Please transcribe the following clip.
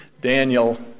Daniel